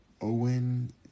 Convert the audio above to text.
Owen